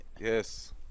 Yes